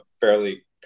fairly